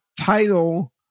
title